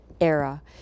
era